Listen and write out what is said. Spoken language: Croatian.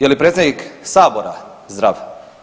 Je li predsjednik Sabora zdrav?